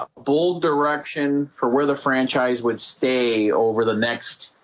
ah bold direction for where the franchise would stay over the next